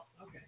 Okay